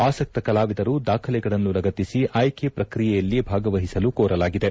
ಆಸಕ್ತ ಕಲಾವಿದರು ದಾಖಲೆಗಳನ್ನು ಲಗತ್ತಿಸಿ ಆಯ್ಕೆ ಪ್ರಕ್ರಿಯೆಯಲ್ಲಿ ಭಾಗವಹಿಸಲು ಕೋರಲಾಗಿದೆ